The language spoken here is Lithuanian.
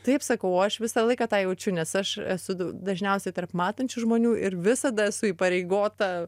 taip sakau o aš visą laiką tą jaučiu nes aš esu dažniausiai tarp matančių žmonių ir visada esu įpareigota